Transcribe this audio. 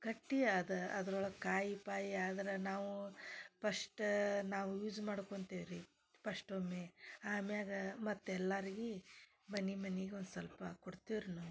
ಕಟ್ಟಿ ಅದ ಅದ್ರೊಳಗೆ ಕಾಯಿ ಪಾಯಿಯಾದರೆ ನಾವು ಪಸ್ಟ್ ನಾವು ಯೂಝ್ ಮಾಡ್ಕೊತೀವ್ ರೀ ಪಸ್ಟ್ ಒಮ್ಮೆ ಆಮ್ಯಾಲ ಮತ್ತೆ ಎಲ್ಲರ್ಗೆ ಮನೆ ಮನಿಗೆ ಒಂದು ಸ್ವಲ್ಪ ಕೊಡ್ತೀವಿ ರೀ ನಾವು